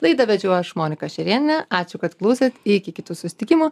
laidą vedžiau aš monika šerėnienė ačiū kad klausėt iki kitų susitikimų